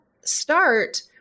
start